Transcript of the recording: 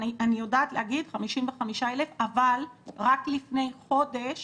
אני יודעת להגיד 55,000, אבל רק לפני חודש